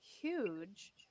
huge